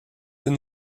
une